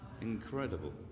Incredible